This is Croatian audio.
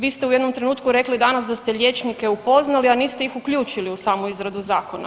Vi ste u jednom trenutku rekli danas da ste liječnike upoznali, a niste ih uključili u samu izradu zakona.